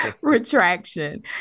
retraction